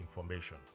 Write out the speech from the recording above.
information